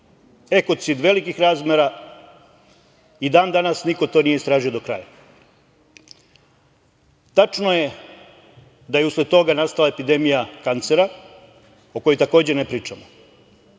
ekocid velikih razmera i dan danas niko to nije istražio do kraja. Tačno je da je u sled toga nastala epidemija kancera, o kojoj takođe ne pričamo.